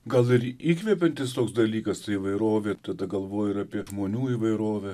gal ir įkvepiantis toks dalykas ta įvairovė tada galvoju ir apie žmonių įvairovę